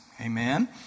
Amen